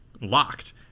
locked